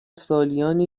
سالیانی